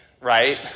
right